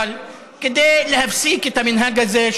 אבל כדי להפסיק את המנהג הזה,